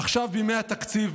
עכשיו בימי התקציב,